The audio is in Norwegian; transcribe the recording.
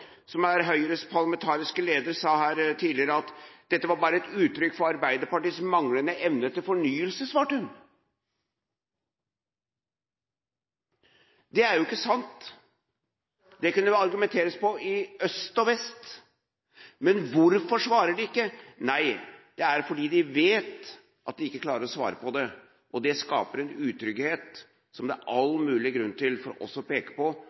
som er Høyres parlamentariske leder, svarte her tidligere at dette bare var et uttrykk for Arbeiderpartiets manglende evne til fornyelse. Det er jo ikke sant. Det kunne det argumenteres på i øst og vest. Men hvorfor svarer de ikke? Nei, det er fordi de vet at de ikke klarer å svare på det, og det skaper en utrygghet som det er all mulig grunn for oss til å peke på.